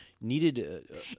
needed